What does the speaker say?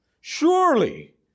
Surely